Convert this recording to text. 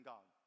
God